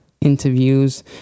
interviews